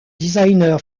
designer